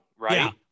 right